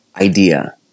idea